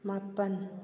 ꯃꯥꯄꯜ